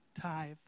tithe